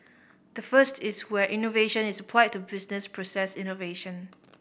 the first is where innovation is applied to business process innovation